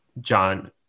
John